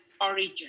origin